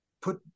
put